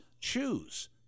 choose